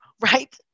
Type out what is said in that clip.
right